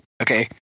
okay